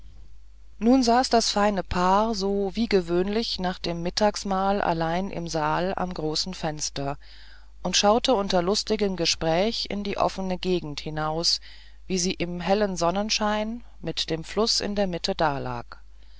nun saß das feine paar so wie gewöhnlich nach dem mittagmahl allein im saal am großen fenster und schauten unter lustigem gespräch in die offene gegend hinaus wie sie im hellen sonnenschein mit dem fluß in der mitte dalag